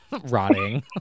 rotting